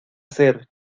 hacer